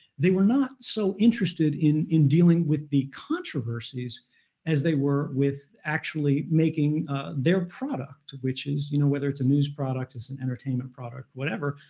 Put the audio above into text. they were not so interested in in dealing with the controversies as they were with actually making their product, which is you know whether it's a news product, it's an entertainment product, whatever,